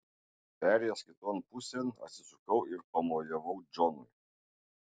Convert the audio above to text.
perėjęs kiton pusėn atsisukau ir pamojavau džonui